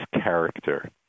character